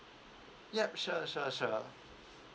yup sure sure sure